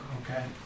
okay